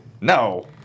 No